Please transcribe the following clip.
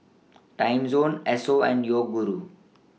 Timezone Esso and Yoguru